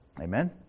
Amen